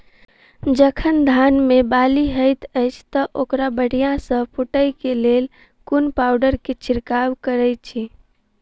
जखन धान मे बाली हएत अछि तऽ ओकरा बढ़िया सँ फूटै केँ लेल केँ पावडर केँ छिरकाव करऽ छी?